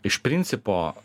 iš principo